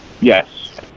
yes